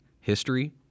history